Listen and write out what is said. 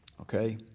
okay